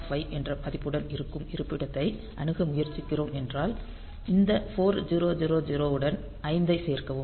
f என்ற மதிப்புடன் இருக்கும் இருப்பிடத்தை அணுக முயற்சிக்கிறோம் என்றால் இந்த 4000 உடன் 5 ஐ சேர்க்கிறோம்